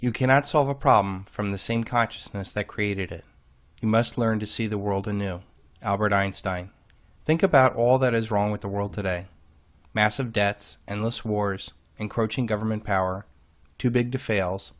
you cannot solve a problem from the same consciousness that created it you must learn to see the world anew albert einstein think about all that is wrong with the world today massive debts and less wars encroaching government power too big to fail